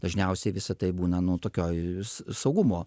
dažniausiai visa tai būna nu tokioj saugumo